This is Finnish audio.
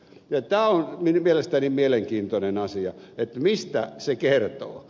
tämä on mielestäni mielenkiintoinen asia mistä se kertoo